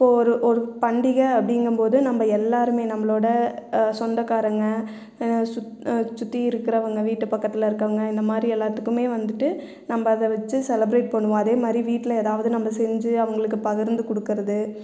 இப்போ ஒரு ஒரு பண்டிகை அப்டிங்கும்போது நம்ம எல்லோருமே நம்மளோட சொந்தகாரங்க சுற்றி இருக்கிறவங்க வீட்டு பக்கத்தில் இருக்கிறவங்க இந்த மாதிரி எல்லாத்துக்கும் வந்துட்டு நம்ம அதை வச்சு செலிபிரேட் பண்ணுவோம் அதே மாதிரி வீட்டில் ஏதாவது நம்ம செஞ்சு அவங்களுக்கு பகிர்ந்து கொடுக்கறது